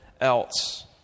else